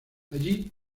allí